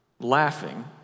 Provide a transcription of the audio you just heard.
laughing